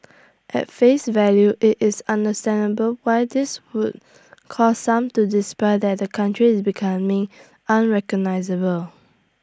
at face value IT is understandable why this would cause some to despair that the country is becoming unrecognisable